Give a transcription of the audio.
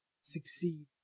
succeed